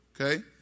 okay